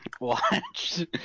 Watch